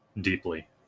deeply